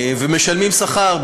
ומשלמים שכר.